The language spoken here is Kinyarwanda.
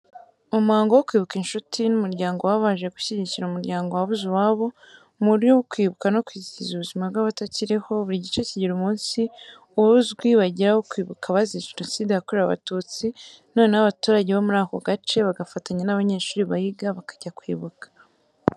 Mu muhango wo kwibuka, incuti n'umuryango baba baje gushyigikira umuryango wabuze uwabo. Mu buryo bwo kwibuka no kwizihiza ubuzima bwabatakiriho, buri gice kigira umunsi uba uzwi bagira wo kwibuka abazize Jenoside yakorewe Abatutsi noneho abaturage bo muri ako gace bagafatanya n'abanyeshuri bahiga bakajya kwibuka.